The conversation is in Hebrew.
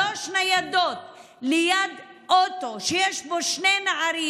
שלוש ניידות ליד אוטו שיש בו שני נערים